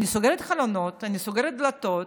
אני סוגרת חלונות, אני סוגרת דלתות,